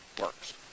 works